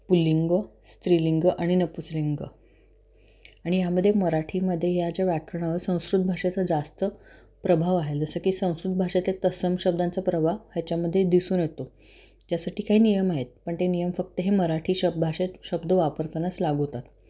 पुल्लिंग स्त्रीलिंग आणि नपुंसकलिंग आणि यामध्ये मराठीमध्ये या ज्या व्याकरणावर संस्कृत भाषेचा जास्त प्रभाव आहे जसं की संस्कृत भाषेत एक तत्सम शब्दांचा प्रभाव ह्याच्यामध्ये दिसून येतो ज्यासाठी काही नियम आहेत पण ते नियम फक्त हे मराठी श भाषेत शब्द वापरतानाच लागू होतात